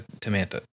Tamantha